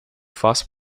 face